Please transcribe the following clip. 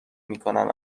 میکنن